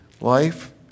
life